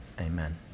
Amen